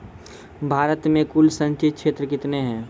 भारत मे कुल संचित क्षेत्र कितने हैं?